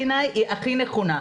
בעיני היא הכי נכונה.